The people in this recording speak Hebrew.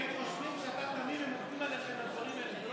הם חושבים שאתה תמים והם עובדים עליך עם הדברים האלה.